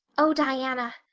oh, diana,